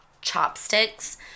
chopsticks